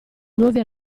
nuovi